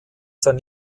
sein